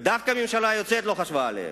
ודווקא הממשלה היוצאת לא חשבה עליהם.